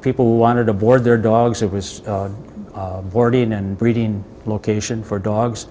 people wanted to board their dogs it was boarding and breeding location for dogs